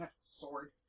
sword